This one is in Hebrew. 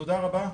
תודה רבה,